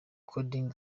kuding